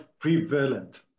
prevalent